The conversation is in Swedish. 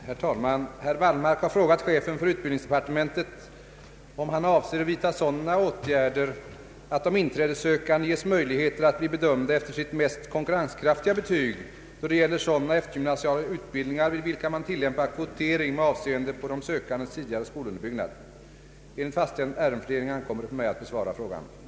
Herr talman! Herr Wallmark har frågat chefen för utbildningsdeparte mentet om han avser att vidtaga sådana åtgärder att de inträdessökande ges möjligheter att bli bedömda efter sitt mest konkurrenskraftiga betyg då det gäller sådana eftergymnasiala utbildningar vid vilka man tillämpar kvotering med avseende på de sökandes tidigare skolunderbyggnad. Enligt fastställd ärendefördelning ankommer det på mig att besvara frågan.